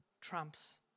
trumps